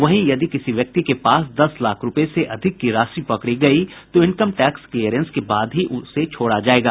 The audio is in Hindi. वहीं यदि किसी व्यक्ति के पास दस लाख रूपये से अधिक की राशि पकड़ी गयी तो इनकम टैक्स क्लियरेंस के बाद ही उसे छोड़ा जायेगा